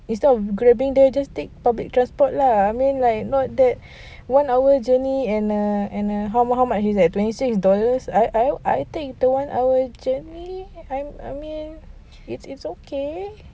instead of grabbing there just take public transport lah I mean like not that one hour journey and uh and uh how how much is that twenty six dollars I I I think one hour journey I I mean it's it's okay